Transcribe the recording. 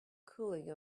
cooling